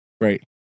right